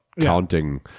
counting